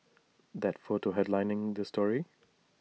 that photo headlining this story